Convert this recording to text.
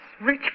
rich